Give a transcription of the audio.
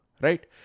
Right